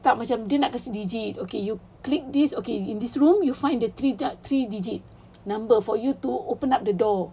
tak macam dia nak kasi digit okay you click this okay in this room find the three guard three digit number for you to open up the door